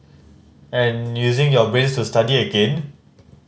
and using your brains to study again